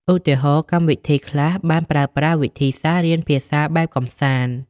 ឧទាហរណ៍ កម្មវិធីខ្លះបានប្រើប្រាស់វិធីសាស្ត្ររៀនភាសាបែបកម្សាន្ត។